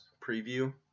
preview